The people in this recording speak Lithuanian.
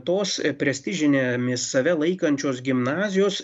tos prestižinėmis save laikančios gimnazijos